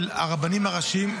-- של הרבנים הראשיים.